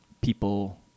people